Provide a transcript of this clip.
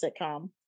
sitcom